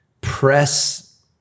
press